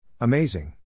Amazing